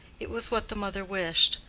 it was what the mother wished,